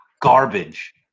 garbage